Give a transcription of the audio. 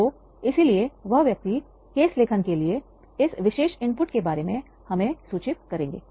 तो इसलिए वह व्यक्ति केस लेखन के लिए इस विशेष इनपुट के बारे में हमें सूचित करेंगे